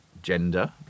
gender